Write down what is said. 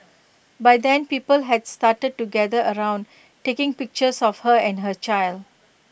by then people had started to gather around taking pictures of her and her child